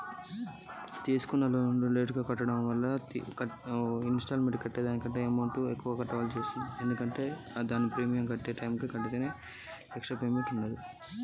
తీసుకున్న లోనును లేటుగా కట్టడం వల్ల కట్టాల్సిన దానికంటే ఎక్కువ వడ్డీని కట్టాల్సి వస్తదా?